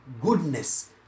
goodness